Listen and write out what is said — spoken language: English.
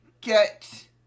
get